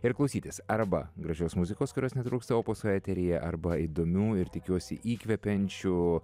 ir klausytis arba gražios muzikos kurios netruksta opuso eteryje arba įdomių ir tikiuosi įkvepiančių